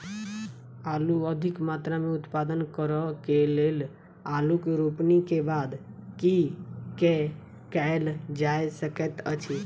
आलु अधिक मात्रा मे उत्पादन करऽ केँ लेल आलु केँ रोपनी केँ बाद की केँ कैल जाय सकैत अछि?